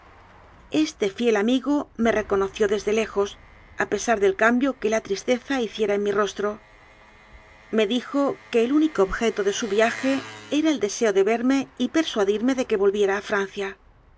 este fiel amigo me reconoció desde lejos a pesar del cambio que la tristeza hiciera en mi rostro me dijo que el único objeto de su viaje era el deseo de verme y per suadirme de que volviera a francia